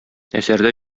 әсәрдә